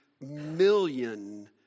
million